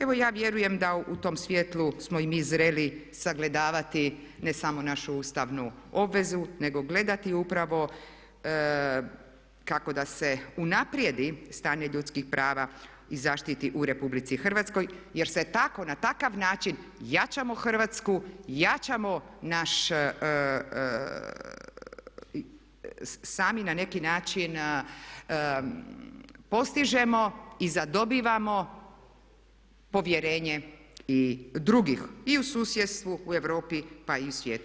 Evo ja vjerujem da u tom svjetlu smo i mi zreli sagledavati ne samo našu ustavnu obvezu nego gledati upravo kako da se unaprijedi stanje ljudskih prava i zaštiti u RH jer se tako na takav način jačamo Hrvatsku, jačamo sami na neki način i postižemo i zadobivamo povjerenje i drugih, i u susjedstvu, u Europi pa i u svijetu.